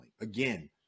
again